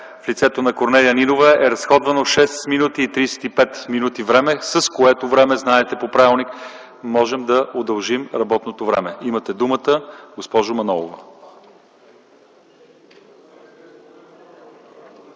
в лицето на Корнелия Нинова е разходвано 6 минути и 35 секунди време, с което време, знаете, по правилник можем да удължим работното време. Имате думата, госпожо Манолова.